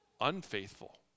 unfaithful